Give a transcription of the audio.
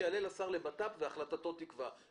שיעלה לשר לביטחון פנים והחלטתו תקבע.